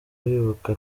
wibuka